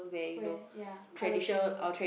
where ya colorful